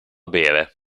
bere